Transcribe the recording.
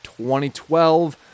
2012